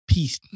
Peace